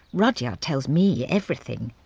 rudyard tells me everything.